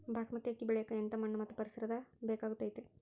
ಬಾಸ್ಮತಿ ಅಕ್ಕಿ ಬೆಳಿಯಕ ಎಂಥ ಮಣ್ಣು ಮತ್ತು ಪರಿಸರದ ಬೇಕಾಗುತೈತೆ?